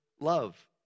love